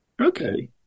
Okay